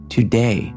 Today